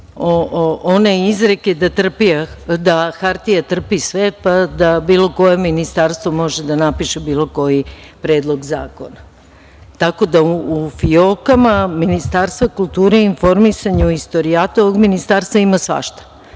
one izreke da „hartija trpi sve“, pa da bilo koje ministarstvo može da napiše bilo koji predlog zakona. Tako da u fijokama Ministarstva kulture i informisanja, u istorijatu ovog ministarstva ima svašta